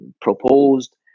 proposed